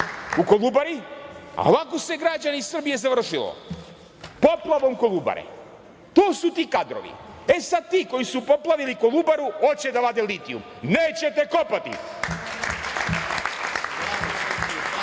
u Kolubari, a ovako se građani Srbije završilo, poplavom Kolubare. To su ti kadrovi. E, sada ti koji su poplavili Kolubaru hoće da vade litiju. Nećete kopati!